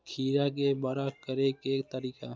खीरा के बड़ा करे के तरीका?